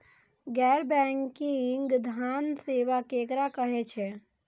गैर बैंकिंग धान सेवा केकरा कहे छे?